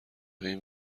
این